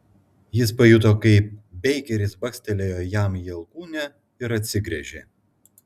jis pajuto kaip beikeris bakstelėjo jam į alkūnę ir atsigręžė